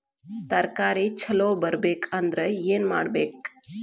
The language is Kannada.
ತರಕಾರಿ ಛಲೋ ಬರ್ಬೆಕ್ ಅಂದ್ರ್ ಏನು ಮಾಡ್ಬೇಕ್?